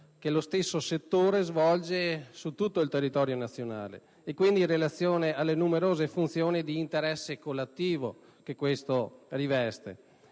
che lo stesso settore svolge su tutto il territorio nazionale e quindi in relazione alle numerose funzioni di interesse collettivo che esso riveste